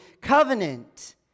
covenant